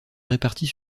répartit